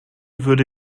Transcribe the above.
würde